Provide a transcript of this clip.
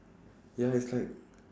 ya lah it's like